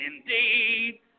indeed